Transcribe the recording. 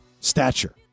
stature